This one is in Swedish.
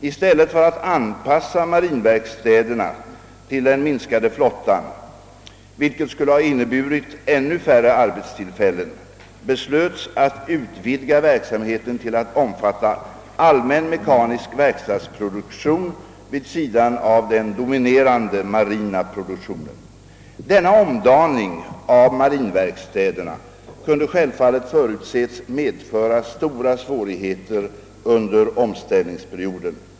I stället för att anpassa marinverkstäderna till den minskade flottan, vilket skulle ha inneburit ännu färre arbetstillfällen, beslöts att utvidga verksamheten till att omfatta allmän mekanisk verkstadsproduktion vid sidan av den dominerande marina produktionen. Denna omdaning av marinverkstäderna kunde självfallet förutses medföra stora svårigheter under omställningsperioden.